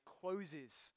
closes